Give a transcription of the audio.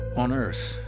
on earth,